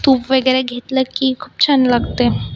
तूप वगैरे घेतलं की खूप छान लागते